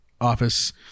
office